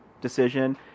decision